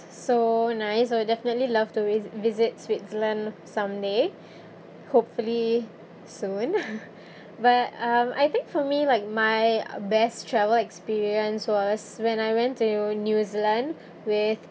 so nice I will definitely love to vi~ visit switzerland someday hopefully soon but um I think for me like my best travel experience was when I went to new zealand with